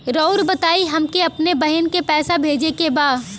राउर बताई हमके अपने बहिन के पैसा भेजे के बा?